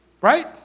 Right